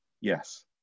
Yes